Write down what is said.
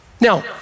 Now